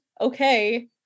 okay